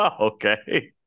Okay